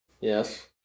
Yes